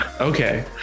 Okay